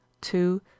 Two